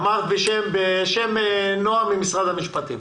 אמרת בשם איה ממשרד המשפטים.